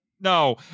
No